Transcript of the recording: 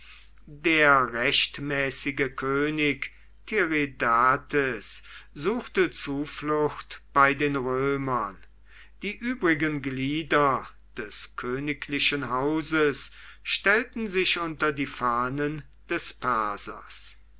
der rechtmäßige könig tiridates suchte zuflucht bei den römern die übrigen glieder des königlichen hauses stellten sich unter die fahnen des